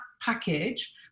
package